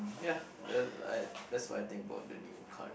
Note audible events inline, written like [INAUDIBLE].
ya [NOISE] that's what I think about the new current